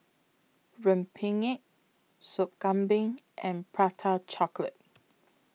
Rempeyek Sop Kambing and Prata Chocolate